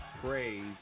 praise